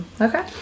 Okay